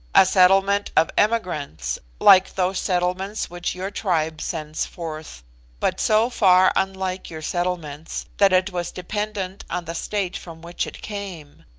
a settlement of emigrants like those settlements which your tribe sends forth but so far unlike your settlements, that it was dependent on the state from which it came.